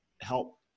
help